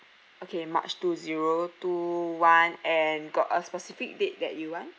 okay march two zero two one and got a specific date that you want